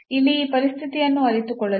ಇಲ್ಲಿ ಈ ಪರಿಸ್ಥಿತಿಯನ್ನು ಅರಿತುಕೊಳ್ಳಲು